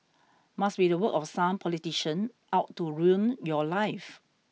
must be the work of some politician out to ruin your life